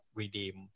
redeem